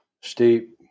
Steep